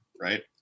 right